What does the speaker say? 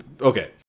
okay